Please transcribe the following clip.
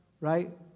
right